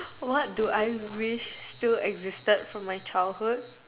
what do I wish still existed from my childhood